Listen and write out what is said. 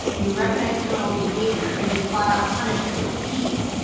you recognize criminal behavior and just flat out punish it with teeth,